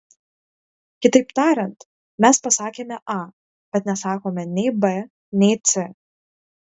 kitaip tariant mes pasakėme a bet nesakome nei b nei c